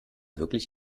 wirklich